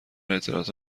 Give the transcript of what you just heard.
اطلاعات